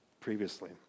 previously